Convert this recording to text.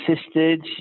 assisted